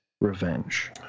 Revenge